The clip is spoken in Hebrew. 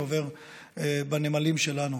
זה עובר בנמלים שלנו.